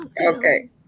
okay